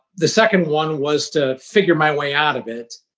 the second one was to figure my way out of it.